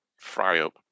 fry-up